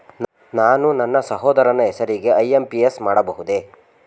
ನಾನು ನನ್ನ ಸಹೋದರನ ಹೆಸರಿಗೆ ಐ.ಎಂ.ಪಿ.ಎಸ್ ಮಾಡಬಹುದೇ?